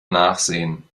nachsehen